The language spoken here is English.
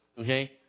okay